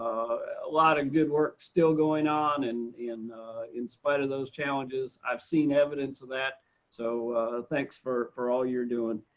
a lot of good work still going on and in in spite of those challenges, i've seen evidence of that so thanks for for all you're doing,